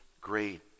great